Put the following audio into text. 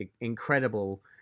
incredible